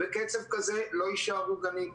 בקצב כזה לא יישארו גנים,